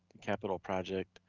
capital project,